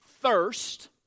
thirst